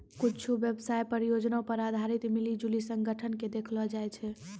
कुच्छु व्यवसाय परियोजना पर आधारित मिली जुली संगठन के देखैलो जाय छै